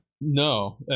No